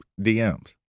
DMs